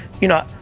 you know,